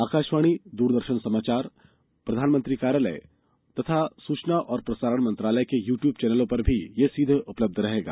आकाशवाणी द्रदर्शन समाचार प्रधानमंत्री कार्यालय तथा सुचना और प्रसारण मंत्रालय के यू ट्यूब चैनलों पर भी यह सीधे उपलब्ध रहेगा